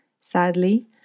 sadly